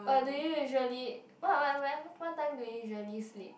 but do you usually what what what time do you usually sleep